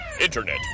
internet